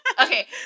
Okay